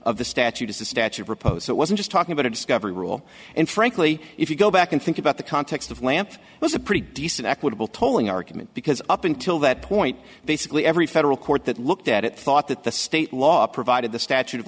of the statute is the statute proposed it wasn't just talking about a discovery rule and frankly if you go back and think about the context of lamp was a pretty decent equitable tolling argument because up until that point basically every federal court that looked at it thought that the state law provided the statute of